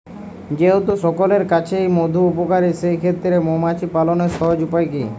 যেহেতু সকলের কাছেই মধু উপকারী সেই ক্ষেত্রে মৌমাছি পালনের সহজ উপায় কি?